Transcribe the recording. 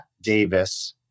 Davis